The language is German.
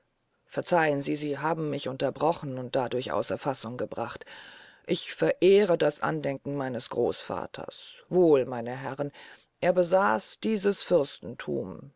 verzeihen sie sie haben mich unterbrochen und dadurch außer fassung gebracht ich verehre das andenken meines großvaters wohl meine herren er besaß dieses fürstenthum